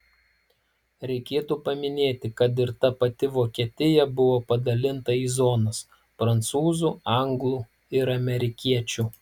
reikėtų paminėti kad ir ta pati vokietija buvo padalinta į zonas prancūzų anglų ir amerikiečių